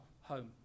home